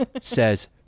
says